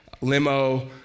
limo